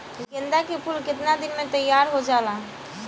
गेंदा के फूल केतना दिन में तइयार हो जाला?